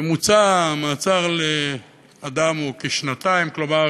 ממוצע מאסר לאדם הוא כשנתיים, כלומר